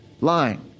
lying